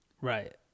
Right